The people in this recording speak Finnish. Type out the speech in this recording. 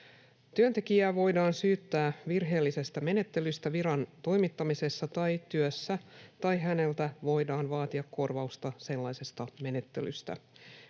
Työntekijää voidaan syyttää virheellisestä menettelystä viran toimittamisessa tai työssä, tai häneltä voidaan vaatia kor- vausta sellaisesta menettelystä.